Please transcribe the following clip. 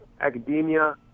academia